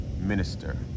minister